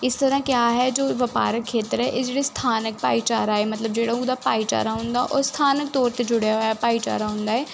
ਇਸ ਤਰ੍ਹਾਂ ਕਿਆ ਹੈ ਜੋ ਵਪਾਰਕ ਖੇਤਰ ਹੈ ਇਹ ਜਿਹੜੇ ਸਥਾਨਕ ਭਾਈਚਾਰਾ ਮਤਲਬ ਜਿਹੜਾ ਉਹਦਾ ਭਾਈਚਾਰਾ ਹੁੰਦਾ ਉਸ ਸਥਾਨਕ ਤੌਰ 'ਤੇ ਜੁੜਿਆ ਹੋਇਆ ਭਾਈਚਾਰਾ ਹੁੰਦਾ ਹੈ